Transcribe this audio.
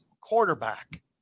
quarterback